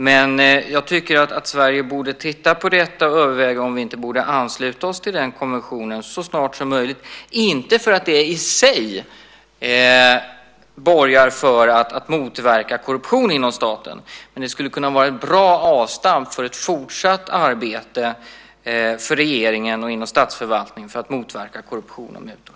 Men jag tycker att Sverige borde titta på detta och överväga om vi inte borde ansluta oss till den konventionen så snart som möjligt, inte för att det i sig borgar för att motverka korruption inom staten, men det skulle kunna vara ett bra avstamp för ett fortsatt arbete för regeringen och inom statsförvaltningen för att motverka korruption och mutor.